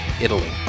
Italy